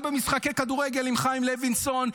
גם במשחקי כדורגל עם חיים לוינסון.